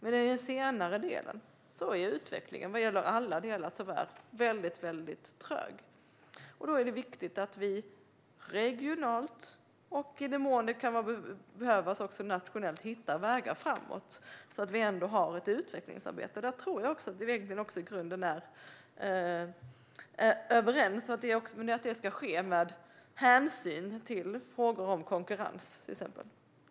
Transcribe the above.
I den senare delen är utvecklingen tyvärr väldigt trög, och då är det viktigt att vi regionalt och i den mån det kan behövas också nationellt hittar vägar framåt så att vi ändå har ett utvecklingsarbete. Där tror jag att vi egentligen också i grunden är överens, men det ska ske med hänsyn till frågor om till exempel konkurrens.